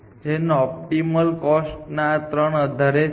જેની optical cost આ ત્રણના આધારે થશે